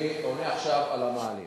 אני עונה עכשיו על המאהלים.